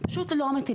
אני לא אגיד